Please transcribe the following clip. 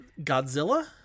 Godzilla